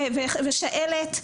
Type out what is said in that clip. שעלת,